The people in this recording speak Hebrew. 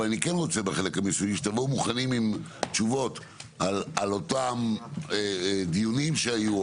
אבל אני כן רוצה שבחלק של המיסוי תבואו עם תשובות על אותם דיונים שהיו,